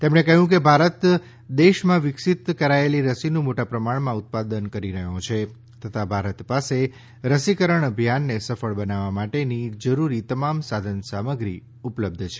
તેમણે કહ્યું કે ભારત દેશમાં વિક્સીત કરાયેલી રસીનું મોટા પ્રમાણમાં ઉત્પાદન કરી રહ્યો છે તથા ભારત પાસે રસીકરણ અભિયાનને સફળ બનાવવા માટેની જરૂરી તમામ સાધન સામગ્રી ઉપલબ્ધ છે